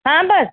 હા બસ